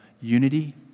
unity